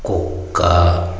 కుక్క